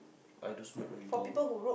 I do smoke menthol